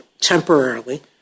temporarily